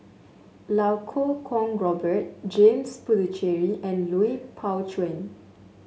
Iau Kuo Kwong Robert James Puthucheary and Lui Pao Chuen